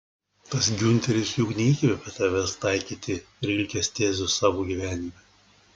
tas giunteris juk neįkvėpė tavęs taikyti rilkės tezių savo gyvenime